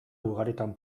ugaritan